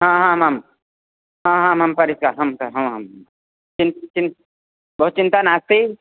हा हा माम् अहं हा मम परिचयः अहं चिन्ता चिन्ता बहु चिन्ता नास्ति